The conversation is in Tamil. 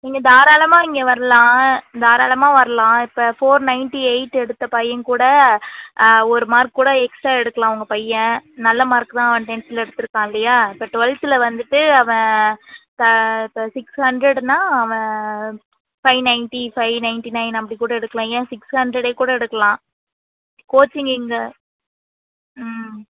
நீங்கள் தாராளமாக இங்கே வரலாம் தாராளமாக வரலாம் இப்போ ஃபோர் நைன்ட்டி எய்ட் எடுத்த பையன்கூட ஒரு மார்க் கூட எக்ஸ்ட்டாக எடுக்கலாம் உங்கள் பையன் நல்ல மார்க் தான் அவன் டென்த்தில் எடுத்துயிருக்கான் இல்லையா இப்போ டுவெல்த்தில் வந்துவிட்டு அவன் க இப்போ சிக்ஸ் ஹண்ட்ரெடுன்னா அவன் five ninety five ninety nine அப்படி கூட எடுக்கலாம் ஏன் சிக்ஸ் ஹண்ட்ரெடே கூட எடுக்கலாம் கோச்சிங் எங்கள் ம்